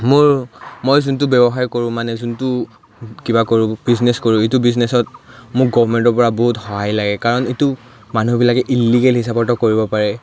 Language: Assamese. মোৰ মই যোনটো ব্যৱসায় কৰোঁ মানে যোনটো কিবা কৰোঁ বিজনেছ কৰোঁ এইটো বিজনেছত মোক গভমেণ্টৰপৰা বহুত সহায় লাগে কাৰণ এইটো মানুহবিলাকে ইল্লিগেল হিচাপতো কৰিব পাৰে